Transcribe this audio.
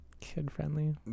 kid-friendly